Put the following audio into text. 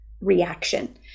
reaction